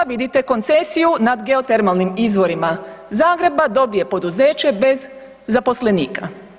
Pa vidite koncesiju nad geotermalnim izvorima Zagreba dobije poduzeće bez zaposlenika.